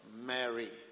Mary